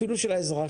אפילו של האזרחים,